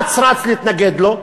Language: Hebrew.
אץ רץ להתנגד לו?